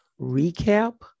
recap